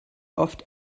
oft